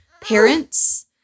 parents